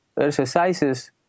exercises